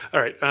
all right,